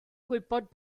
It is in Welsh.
gwybod